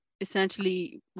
essentially